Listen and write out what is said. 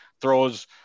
throws